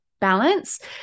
balance